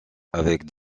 avec